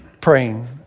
praying